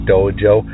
Dojo